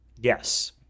Yes